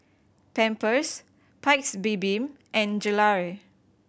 Pampers Paik's Bibim and Gelare